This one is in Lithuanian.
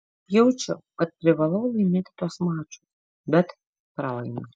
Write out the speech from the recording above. jaučiu kad privalau laimėti tuos mačus bet pralaimiu